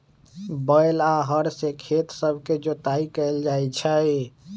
बैल आऽ हर से खेत सभके जोताइ कएल जाइ छइ